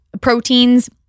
proteins